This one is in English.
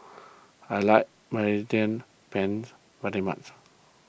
I like Mediterranean Penne very much